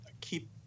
keep